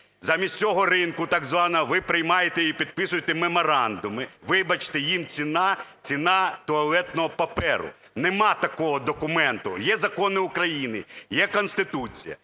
Замість цього ринку, так званого, ви приймаєте і підписуєте меморандуми. Вибачте, їм ціна – ціна туалетного паперу. Нема такого документа. Є закони України, є Конституція.